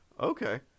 Okay